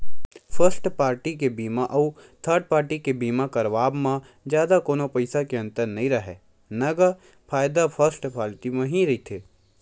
first party के बीमा अउ थर्ड पाल्टी के बीमा करवाब म जादा कोनो पइसा के अंतर नइ राहय न गा फायदा फस्ट पाल्टी म ही रहिथे